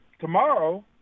tomorrow